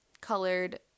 colored